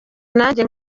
nanjye